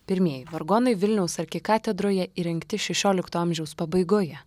pirmieji vargonai vilniaus arkikatedroje įrengti šešiolikto amžiaus pabaigoje